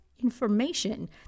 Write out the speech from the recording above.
information